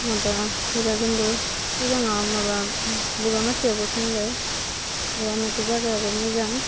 माबा भैराकुन्द' सिगाङाव माबा बगामाथियावबो थांबाय बगामाथि जागायाबो मोजां